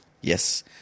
Yes